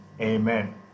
Amen